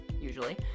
usually